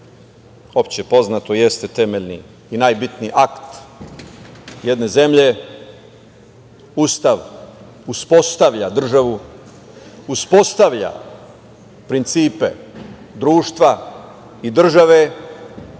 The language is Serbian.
opšte poznat jeste temeljni i najbitniji akt, jedne zemlje, Ustav uspostavlja državu, uspostavlja principe društva i države